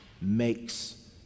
makes